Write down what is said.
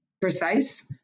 precise